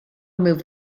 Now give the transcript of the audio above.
remove